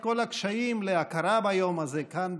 את כל הקשיים להכרה ביום הזה כאן,